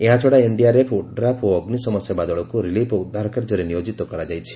ଏହାଛଡ଼ା NDRF ODRAF ଓ ଅଗ୍ନିଶମ ସେବା ଦଳକୁ ରିଲିଫ୍ ଓ ଉଦ୍ଧାର କାର୍ଯ୍ୟରେ ନିୟୋଜିତ କରାଯାଇଛି